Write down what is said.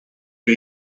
que